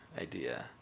idea